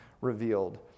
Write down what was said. revealed